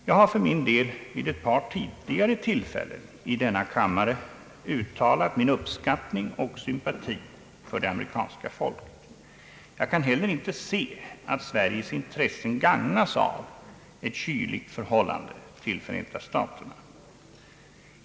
Jag har för min del vid ett par tidigare tillfällen i denna kammare uttalat min uppskattning och sympati för det amerikanska folket. Jag kan heller inte se att Sveriges intressen gagnas av ett kyligt förhållande till Förenta staterna.